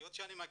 היות שאני מכיר,